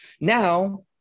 Now